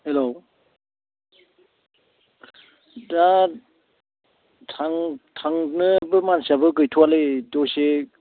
hello दा थांनोबो मानसियाबो गैथ'वालै दसे